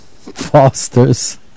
Foster's